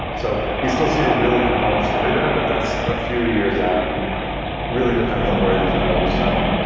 so we still see a really compelling story there, but that's a few years out, and you know really depends on where these browsers settle.